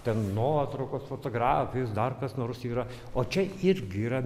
ten nuotraukos fotografijos dar kas nors yra o čia irgi yra